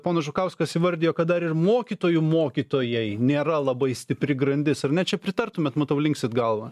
ponas žukauskas įvardijo kad dar ir mokytojų mokytojai nėra labai stipri grandis ar ne čia pritartumėt matau linksit galva